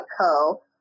Co